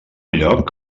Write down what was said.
lloc